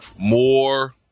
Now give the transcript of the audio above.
More